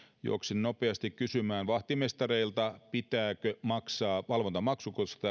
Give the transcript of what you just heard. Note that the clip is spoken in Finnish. juoksin nopeasti kysymään vahtimestareilta pitääkö maksaa valvontamaksu koska